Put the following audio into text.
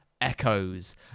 Echoes